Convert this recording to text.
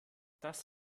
das